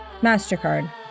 MasterCard